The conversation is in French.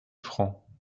francs